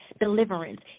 deliverance